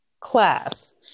class